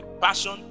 passion